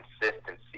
consistency